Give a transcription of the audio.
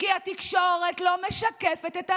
כי התקשורת לא משקפת את האמת.